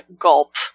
gulp